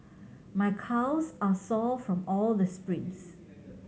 my calves are sore from all this sprints